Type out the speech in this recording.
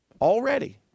already